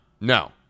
no